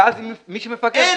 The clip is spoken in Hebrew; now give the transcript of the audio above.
ואז מי שמפגר זה היא,